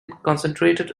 concentrated